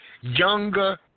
younger